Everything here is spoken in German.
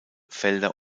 felder